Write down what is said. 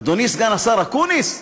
אדוני סגן השר אקוניס,